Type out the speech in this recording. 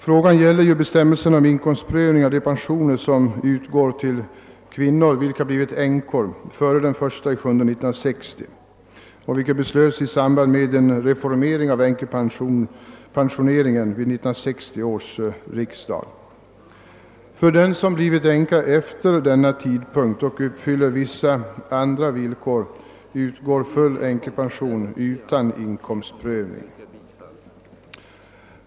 Frågan gäller ju bestämmelserna om inkomstprövning av de pensioner som utgår till kvinnor, vilka blivit änkor före den 1 juli 1960, bestämmelser som beslöts i samband med en reformering av änkepensioneringen vid 1960 års riksdag. För den som blivit änka efter denna tidpunkt och uppfyller vissa andra villkor utgår full änkepension utan inkomstprövning.